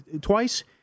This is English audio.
twice